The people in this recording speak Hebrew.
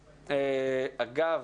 אגב,